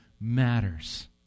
matters